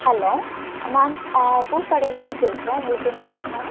hello ma'am பூக்கடையிலேருந்து பேசுகிறோம் உங்களுக்கு என்ன வேணும்